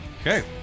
Okay